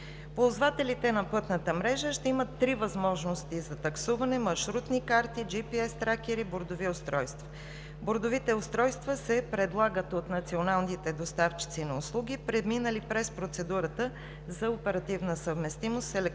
Ползвателите на пътната мрежа ще имат три възможности за таксуване – маршрутни карти, GPS тракери, бордови устройства. Бордовите устройства се предлагат от националните доставчици на услуги, преминали през процедурата за оперативна съвместимост с електронната